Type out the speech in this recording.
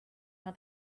how